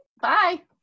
Bye